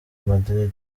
madrid